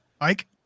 Mike